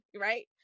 right